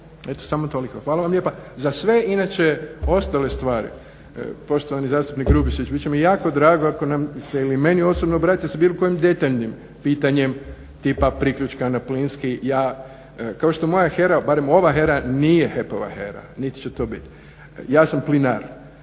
Eto samo toliko. Hvala vam lijepa. Za sve inače ostale stvari, poštovani zastupnik Grubišić bit će nam jako drago ako nam se ili meni osobno obratite sa bilo kojim detaljnim pitanjem tipa priključka na plinski ja, kao što moja HERA barem ova HERA nije HEP-ova HERA niti će to biti. Ja sam plinar.